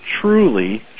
truly